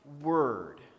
word